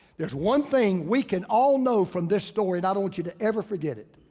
there's one thing we can all know from this story and i don't want you to ever forget it.